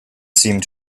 seemed